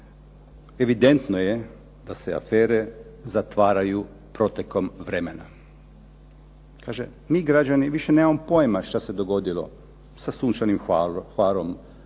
evidentno je da se afere zatvaraju protekom vremena. Kaže mi građani više nemamo pojma što se dogodilo sa "Sunčanim Hvarom",